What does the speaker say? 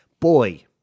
Boy